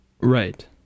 Right